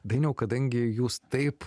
dainiau kadangi jūs taip